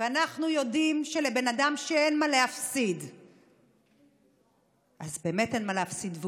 ואנחנו יודעים שלבן אדם שאין מה להפסיד אז באמת אין מה להפסיד,